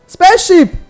Spaceship